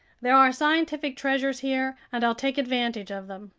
there are scientific treasures here, and i'll take advantage of them.